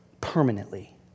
permanently